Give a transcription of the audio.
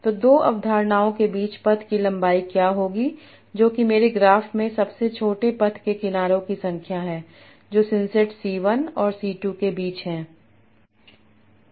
तो दो अवधारणाओं के बीच पथ की लंबाई क्या होगी जो कि मेरे ग्राफ में सबसे छोटे पथ के किनारों की संख्या है जो सिंसेट c 1 और c 2 के बीच है